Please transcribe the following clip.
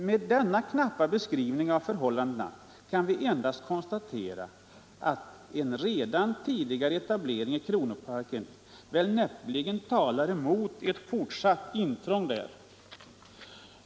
Med denna knappa beskrivning av förhållandena, kan vi endast konstatera, att en redan tidigare etablering i Kronoparken näppeligen talar mot ett fortsatt intrång där.